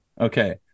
Okay